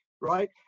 right